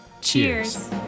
Cheers